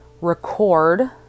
record